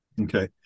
Okay